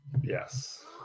Yes